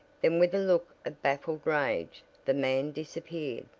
then with a look of baffled rage the man disappeared.